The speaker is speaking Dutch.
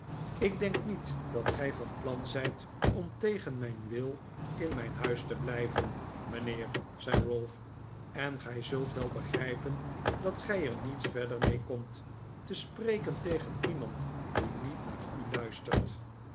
ik denk niet dat gij van plan zijt om tegen mijn wil in mijn huis te blijven mijnheer zei ralph en gij zult wel begrijpen dat gij er niets verder mee komt te spreken tegen iemand die niet naar u luistert